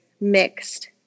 mixed